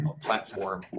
platform